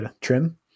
trim